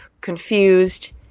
confused